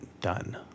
done